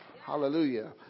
Hallelujah